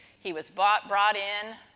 he was brought brought in,